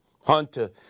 Hunter